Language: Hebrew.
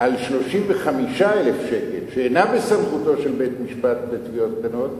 על 35,000 שקל שאינה בסמכותו של בית-משפט לתביעות קטנות,